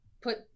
put